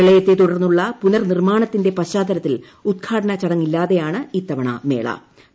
പ്രളയത്തെ തുടർന്നുള്ള പുനർനിർമ്മാണത്തിന്റെ പശ്ചാത്തലത്തിൽ ഉദ്ഘാടനച്ചടങ്ങില്ലാതെയാണ് ഇത്തവണ് മേ്ള